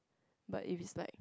but if it's like